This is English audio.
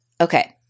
okay